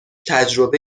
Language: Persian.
تجربه